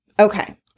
Okay